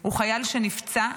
הוא חייל שנפצע,